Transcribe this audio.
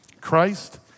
Christ